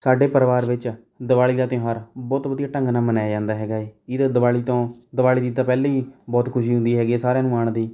ਸਾਡੇ ਪਰਿਵਾਰ ਵਿੱਚ ਦੀਵਾਲੀ ਦਾ ਤਿਉਹਾਰ ਬਹੁਤ ਵਧੀਆ ਢੰਗ ਨਾਲ ਮਨਾਇਆ ਜਾਂਦਾ ਹੈਗਾ ਹੈ ਇਸ ਦੀਵਾਲੀ ਤੋਂ ਦੀਵਾਲੀ ਦੀ ਤਾਂ ਪਹਿਲਾਂ ਹੀ ਬਹੁਤ ਖੁਸ਼ੀ ਹੁੰਦੀ ਹੈਗੀ ਹੈ ਸਾਰਿਆਂ ਨੂੰ ਆਉਣ ਦੀ